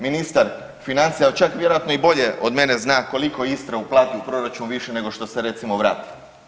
Ministar financija čak vjerojatno i bolje od mene zna koliko Istra uplati u proračun više nego što se recimo vrati.